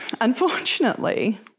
unfortunately